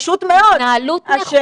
מיני אמירות שהן נשמעות נורא טוב,